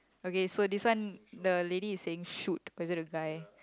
okay so this one the lady is saying shoot or is it a guy